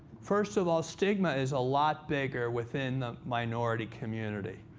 first of all, stigma is a lot bigger within the minority community.